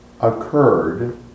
occurred